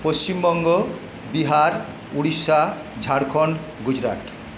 Paschimbanga Bihar Orissa Jharkhand Gujarat